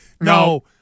No